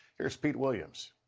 here's pete williams.